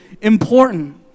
important